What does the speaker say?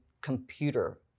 computer